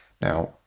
Now